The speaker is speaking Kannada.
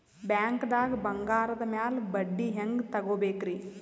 ಬ್ಯಾಂಕ್ದಾಗ ಬಂಗಾರದ್ ಮ್ಯಾಲ್ ಬಡ್ಡಿ ಹೆಂಗ್ ತಗೋಬೇಕ್ರಿ?